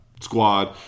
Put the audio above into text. squad